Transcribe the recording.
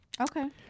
Okay